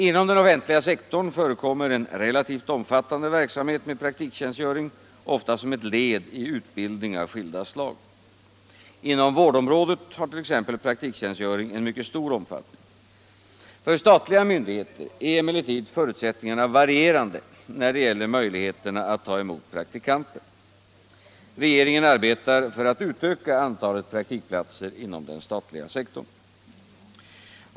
Inom den offentliga sektorn förekommer en relativt omfattande verksamhet med praktiktjänstgöring, ofta som ett led i utbildning av skilda slag. Inom vårdområdet hart.ex. praktiktjänstgöring en mycket stor omfattning. För statliga myndigheter är emellertid förutsättningarna varierande när det gäller möjligheterna att ta emot praktikanter. Regeringen arbetar för att utöka antalet praktikplatser inom den statliga sektorn.